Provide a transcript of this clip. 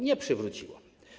Nie przywróciło.